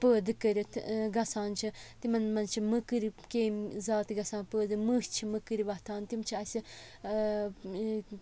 پٲدٕ کٔرِتھ گَژھان چھِ تِمَن مَنٛز چھِ مٔکٕرۍ کیٚمۍ زیادٕ گَژھان پٲدٕ مٔچھ چھِ مٔکٕرۍ وَتھان تِم چھِ اَسہِ